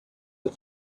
the